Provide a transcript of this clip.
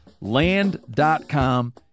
Land.com